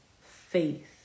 faith